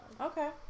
Okay